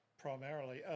primarily